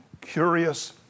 curious